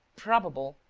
probable,